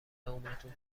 عمرتون